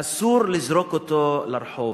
אסור לזרוק לרחוב.